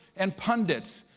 and pundits,